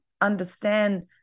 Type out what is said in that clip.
understand